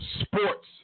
Sports